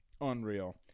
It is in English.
Unreal